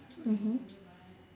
mmhmm